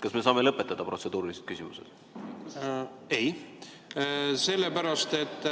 Kas me saame lõpetada protseduurilised küsimused? Ei. Sellepärast, et